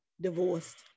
Divorced